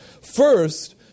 First